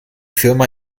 firma